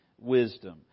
wisdom